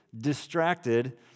distracted